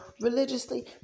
religiously